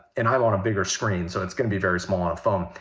and i'm on a bigger screen. so, it's going to be very small on a phone.